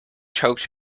choked